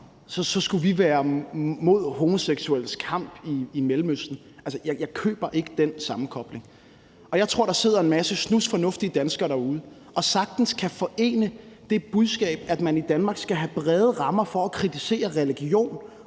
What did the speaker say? så skulle vi være mod homoseksuelles kamp i Mellemøsten. Jeg køber ikke den sammenkobling. Jeg tror, der sidder en masse snusfornuftige danskere derude, som sagtens kan forene det budskab, at man i Danmark skal have vide rammer for at kritisere religion